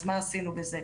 אז מה עשינו בזה.